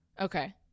Okay